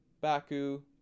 baku